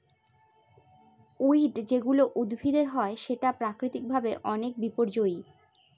weed যেগুলা উদ্ভিদের হয় সেটা প্রাকৃতিক ভাবে অনেক বিপর্যই